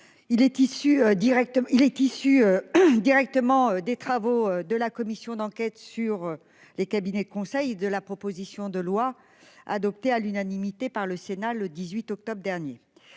il est issu. Directement des travaux de la commission d'enquête sur les cabinets conseil de la proposition de loi adoptée à l'unanimité par le Sénat le 18 octobre dernier.